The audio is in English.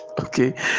okay